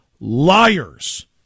liars